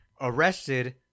Arrested